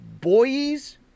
boys